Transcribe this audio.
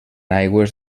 aigües